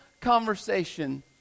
conversation